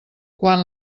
quan